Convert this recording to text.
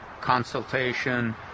consultation